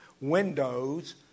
windows